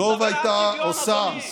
הוא מדבר על שוויון, אדוני.